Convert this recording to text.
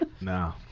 No